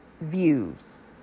views